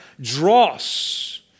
dross